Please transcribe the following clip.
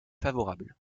favorable